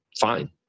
fine